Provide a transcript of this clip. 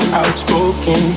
outspoken